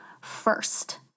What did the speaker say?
first